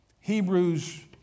Hebrews